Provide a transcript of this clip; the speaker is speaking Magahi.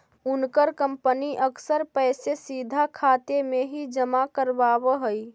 उनकर कंपनी अक्सर पैसे सीधा खाते में ही जमा करवाव हई